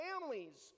families